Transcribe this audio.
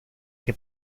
que